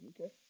Okay